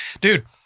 dude